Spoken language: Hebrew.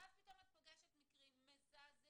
ואז פתאום את פוגשת מקרים מזעזעים,